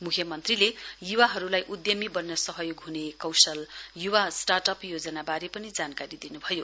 मुख्यमन्त्रीले युवाहरुलाई अधमी बन्न सहयोग ह्ने कौशल युवा स्टार्ट अप योजना वारे पनि जानकारी दिनुभयो